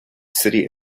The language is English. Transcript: city